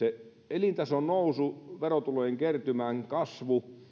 elintason nousu verotulojen kertymän kasvu